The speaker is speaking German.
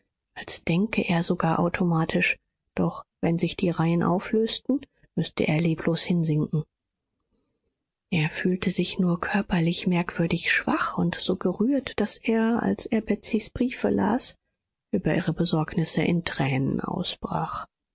als denke er sogar automatisch doch wenn sich die reihen auflösten müßte er leblos hinsinken er fühlte sich nur körperlich merkwürdig schwach und so gerührt daß er als er betsys briefe las über ihre besorgnisse in tränen ausbrach